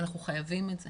אנחנו חייבים את זה.